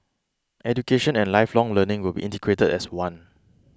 education and lifelong learning will be integrated as one